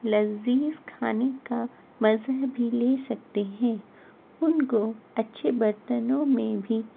لذیذ کھانے کا مزہ بھی لے سکتے ہیں ان کو اچھے برتنوں میں بھی